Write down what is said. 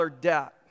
debt